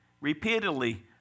repeatedly